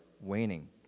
waning